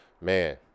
Man